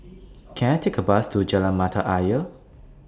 Can I Take A Bus to Jalan Mata Ayer